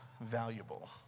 valuable